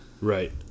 Right